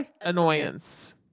annoyance